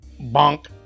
Bonk